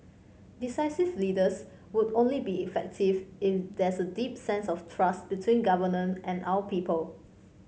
decisive leaders would only be effective if there's a deep sense of trust between government and our people